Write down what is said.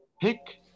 Pick